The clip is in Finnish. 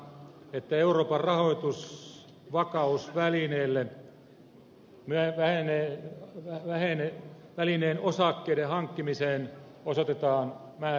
tässä kolmannessa lisätalousarvioesityksessä tälle vuodelle ehdotetaan että euroopan rahoitusvakausvälineen osakkeiden hankkimiseen osoitetaan määräraha